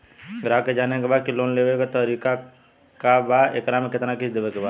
ग्राहक के जाने के बा की की लोन लेवे क का तरीका बा एकरा में कितना किस्त देवे के बा?